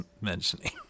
mentioning